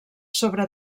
sobre